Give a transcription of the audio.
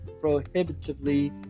prohibitively